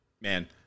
Man